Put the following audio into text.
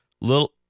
little